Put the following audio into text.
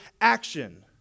action